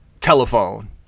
telephone